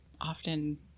often